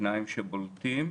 שניים שבולטים.